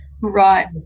Right